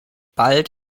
bald